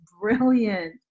brilliant